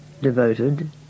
devoted